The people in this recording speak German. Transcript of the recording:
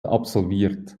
absolviert